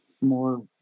more